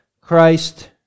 Christ